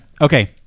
Okay